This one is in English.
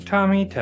Tommy